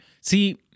See